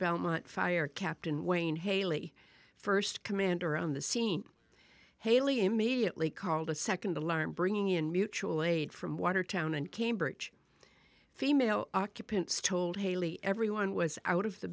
belmont fire captain wayne haley first commander on the scene haley immediately called a second alarm bringing in mutual aid from watertown and cambridge female occupants told haley everyone was out of the